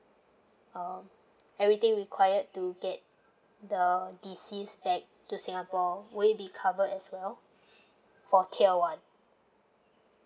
um everything required to get the deceased back to singapore will it be covered as well for tier one